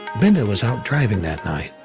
binda was out driving that night,